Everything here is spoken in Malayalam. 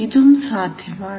ഇതും സാധ്യമാണ്